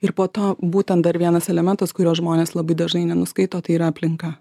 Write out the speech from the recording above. ir po to būtent dar vienas elementas kurio žmonės labai dažnai nenuskaito tai yra aplinka